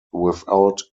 without